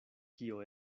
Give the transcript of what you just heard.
kio